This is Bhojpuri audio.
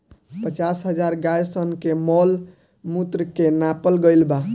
पचास हजार गाय सन के मॉल मूत्र के नापल गईल बा